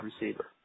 receiver